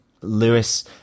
lewis